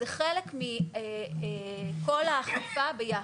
זה חלק מכל האכיפה ביחד.